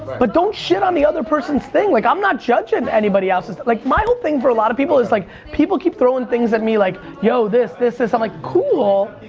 but don't shit on the other person's thing. like i'm not judging anybody else's. like my whole thing for a lot of people is like people keep throwing things at me like, yo this, this, this. i'm like cool,